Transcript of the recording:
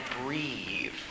breathe